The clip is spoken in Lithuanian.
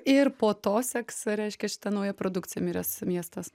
ir po to seks reiškia šita nauja produkcija miręs miestas